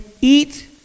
eat